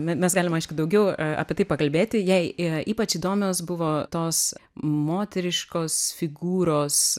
me mes galim aišku daugiau apie tai pakalbėti jai ypač įdomios buvo tos moteriškos figūros